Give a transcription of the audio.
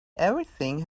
everything